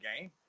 game